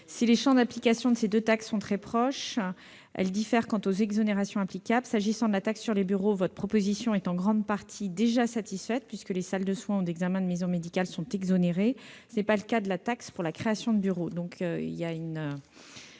si les champs d'application de ces deux taxes sont très proches, elles diffèrent quant aux exonérations applicables. S'agissant de la taxe sur les bureaux, votre demande est en grande partie déjà satisfaite, dans la mesure où les salles de soins ou d'examen des maisons médicales en sont exonérées ; ce n'est en revanche pas le cas pour ce qui est de la taxe pour création de bureaux.